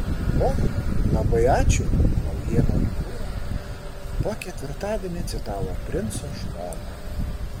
o labai ačiū naujienų agentūra pa ketvirtadienį citavo princo žmoną